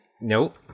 Nope